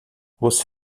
você